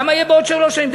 כמה יהיו בעוד שלוש שנים.